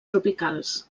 tropicals